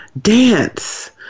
dance